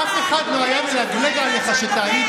אף אחד לא היה מלגלג עליך שטעית.